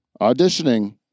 auditioning